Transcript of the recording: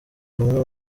umwe